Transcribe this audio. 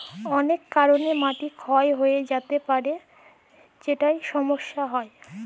অলেক কারলে মাটি ক্ষয় হঁয়ে য্যাতে পারে যেটায় ছমচ্ছা হ্যয়